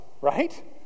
right